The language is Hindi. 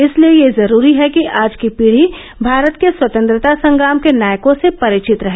इसलिए यह जरूरी है कि आज की पीढ़ी भारत के स्वतंत्रता संग्राम के नायकों से परिचित रहे